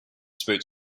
spoke